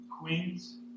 queens